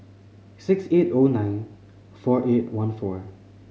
six eight O nine four eight one four